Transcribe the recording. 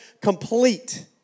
Complete